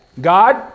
God